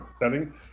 setting